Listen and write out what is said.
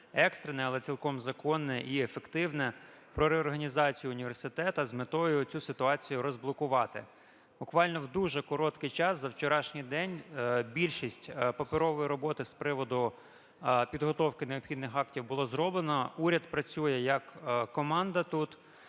екстрене, але цілком законне і ефективне, про реорганізацію університету з метою цю ситуацію розблокувати. Буквально в дуже короткий час, за вчорашній день, більшість паперової роботи з приводу підготовки необхідних актів було зроблено. Уряд працює як команда тут.